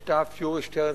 (הוראת שעה) (תיקון מס' 3) (הארכת תוקף הטבות מס),